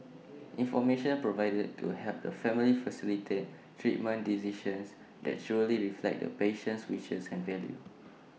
information provided could help the family facilitate treatment decisions that truly reflect the patient's wishes and values